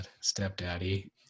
stepdaddy